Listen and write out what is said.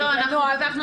לא, אל תפתחו את זה.